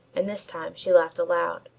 and this time she laughed aloud.